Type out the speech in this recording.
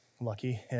Lucky